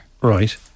Right